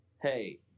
Hey